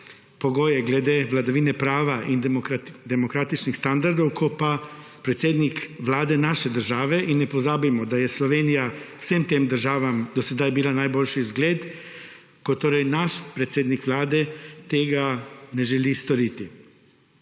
pogoje glede vladavine prava in demokratičnih standardov, ko pa predsednik vlade naše države – in ne pozabimo, da je Slovenija vsem tem državam do sedaj bila najboljši vzgled – ko torej naš predsednik vlade tega ne želi storiti,